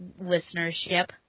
listenership